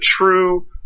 true